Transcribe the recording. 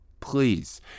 Please